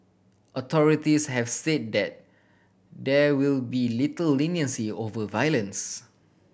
authorities have said that there will be little leniency over violence